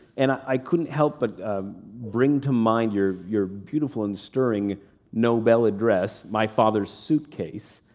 and i couldn't help but bring to mind your your beautiful and stirring nobel address, my father's suitcase.